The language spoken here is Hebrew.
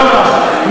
שלום לך.